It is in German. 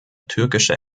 türkischer